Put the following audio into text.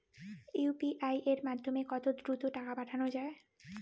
UPI এর মাধ্যমে কত দ্রুত টাকা পাঠানো যায়?